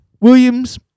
Williams